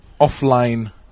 offline